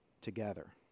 together